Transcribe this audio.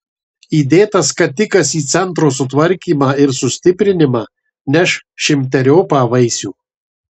įdėtas skatikas į centro sutvarkymą ir sustiprinimą neš šimteriopą vaisių